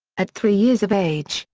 at three years of age,